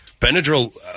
Benadryl